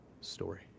story